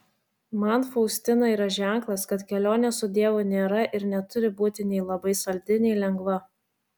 man faustina yra ženklas kad kelionė su dievu nėra ir neturi būti nei labai saldi nei lengva